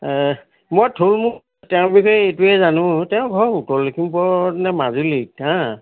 মই থূলমূলকৈ তেওঁৰ বিষয়ে এইটোৱে জানো তেওঁ ঘৰ উত্তৰ লখিমপুৰ নে মাজুলীত হা